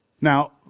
Now